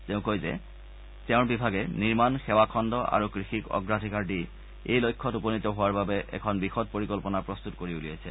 তেওঁ কয় যে তেওঁৰ বিভাগে নিৰ্মাণ সেৱাখণ্ড আৰু কৃষিক অগ্ৰাধিকাৰ দি এই লক্ষ্যত উপনীত হোৱাৰ বাবে এখন বিশদ পৰিকল্পনা প্ৰস্তুত কৰি উলিয়াইছে